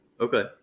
Okay